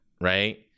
right